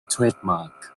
trademark